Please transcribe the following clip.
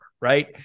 right